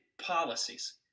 policies